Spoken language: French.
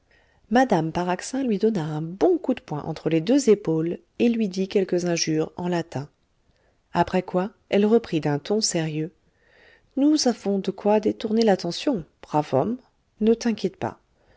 mme paraxin lui donna un bon coup de poing entre les deux épaules et lui dit quelques injures eu latin après quoi elle reprit d'un ton sérieux nous avons de quoi détourner l'attention brave homme ne t'inquiète pas